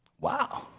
Wow